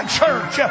church